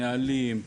נהלים,